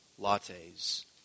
Lattes